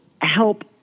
help